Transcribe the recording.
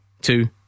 Two